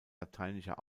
lateinischer